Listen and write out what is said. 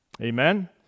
amen